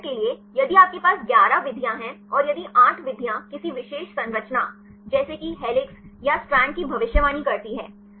उदाहरण के लिए यदि आपके पास 11 विधियाँ हैं और यदि 8 विधियाँ किसी विशेष संरचना जैसे कि हेलिक्स या स्ट्रैंड की भविष्यवाणी करती हैं